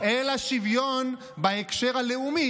אני יכול לשאול אותך שאלה על אמונה?